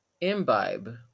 imbibe